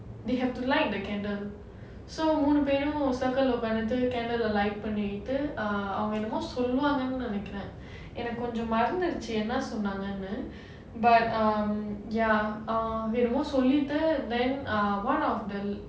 they have to light the candle so மூணு பேரு:moonu peru circle குள்ள உக்காந்துகிட்டு கண்டாலே:kulla utkkaanthukittu candle light பண்ணிட்டு அவங்க என்னமோ சொல்லுவாங்கனு நினைக்றேன் எனக்கு கொஞ்சம் மறந்துடுச்சு:pannittu avanga ennamo solluvaanganu nianikraen enakku konjam maranthuduchu but um ya ah என்னமோ சொல்லிட்டு:ennamo sollitu then uh one of the